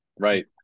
right